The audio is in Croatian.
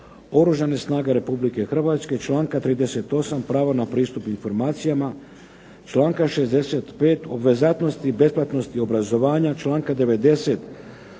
Oružanih snaga Republike Hrvatske, članka 38. Prava na pristup informacijama, članka 65. obvezatnosti i besplatnosti obrazovanja. Članka 90.